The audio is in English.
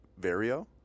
vario